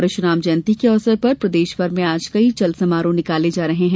परशुराम जयती के अवसर पर प्रदेश भर में आज कई चल समारोह निकाले जा रहे हैं